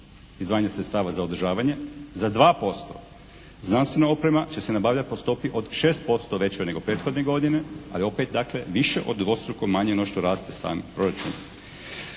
izdvajanje sredstava za održavanje za 2%. Znanstvena oprema će se nabavljati po stopi od 6% većoj nego prethodne godine, ali opet dakle više od dvostruko manje no što raste sam proračun.